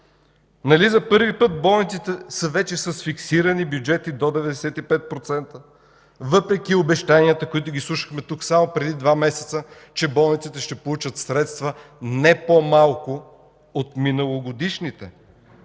за първи път болниците са вече с фиксирани бюджети до 95%, въпреки обещанията, които слушахме тук само преди два месеца, че болниците ще получат средства не по-малко от миналогодишните?